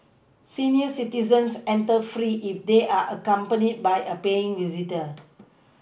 senior citizens enter free if they are accompanied by a paying visitor